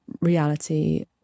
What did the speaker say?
reality